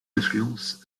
influencent